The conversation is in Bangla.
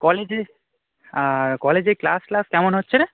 কলেজে কলেজে ক্লাস টলাস কেমন হচ্ছে না